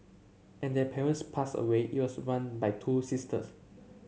and their parents passed away it was run by two sisters